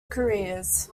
careers